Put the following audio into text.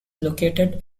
located